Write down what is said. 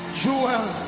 jewel